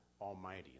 Almighty